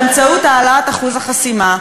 באמצעות העלאת אחוז החסימה.